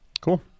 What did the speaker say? Cool